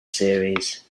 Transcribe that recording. series